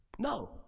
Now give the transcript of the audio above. No